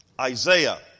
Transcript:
Isaiah